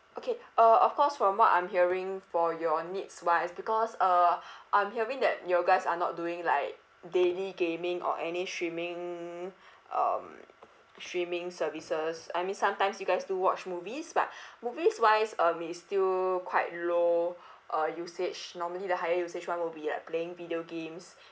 okay uh of course from what I'm hearing for your needs wise because uh I'm hearing that your guys are not doing like daily gaming or any streaming um streaming services I mean sometimes you guys do watch movies but movies wise um it is still quite low uh usage normally the higher usage one will be like playing video games